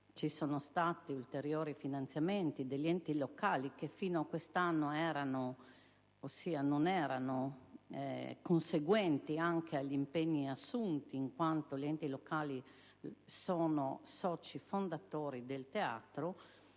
di Slovenia e ulteriori finanziamenti degli enti locali, che fino a quest'anno non erano conseguenti agli impegni assunti, essendo gli enti locali soci fondatori del Teatro.